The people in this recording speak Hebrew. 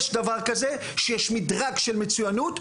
יש דבר כזה שיש מדרג של מצוינות,